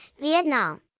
Vietnam